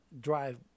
drive